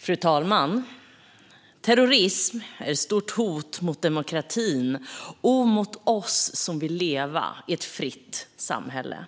Fru talman! Terrorism är ett stort hot mot demokratin och mot oss som vill leva i ett fritt samhälle.